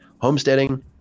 homesteading